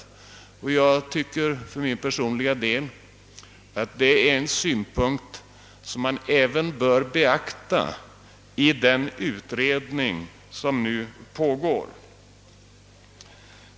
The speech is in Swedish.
Jag tycker för min personliga del att detta är en synpunkt som bör beaktas även i den utredning som nu pågår.